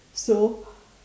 so